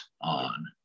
on